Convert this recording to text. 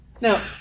Now